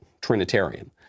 Trinitarian